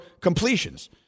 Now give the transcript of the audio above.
completions